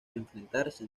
enfrentarse